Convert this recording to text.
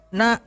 na